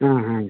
ஆ ஆ